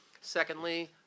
Secondly